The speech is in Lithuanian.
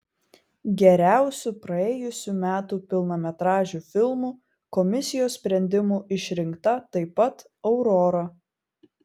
geriausiu praėjusių metų pilnametražiu filmu komisijos sprendimu išrinkta taip pat aurora